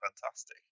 fantastic